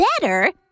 better